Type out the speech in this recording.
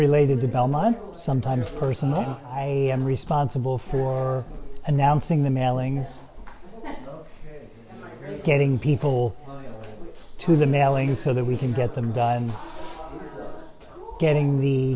related to belmont sometimes personally i am responsible for announcing the mailings getting people to the mailing so that we can get them done getting the